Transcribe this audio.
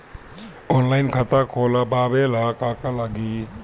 Online खाता खोलबाबे ला का का लागि?